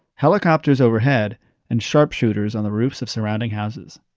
helicopters overhead and sharpshooters on the roofs of surrounding houses